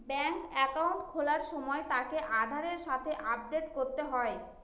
ব্যাঙ্কে একাউন্ট খোলার সময় তাকে আধারের সাথে আপডেট করতে হয়